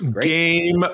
Game